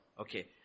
Okay